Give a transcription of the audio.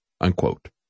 unquote